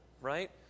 right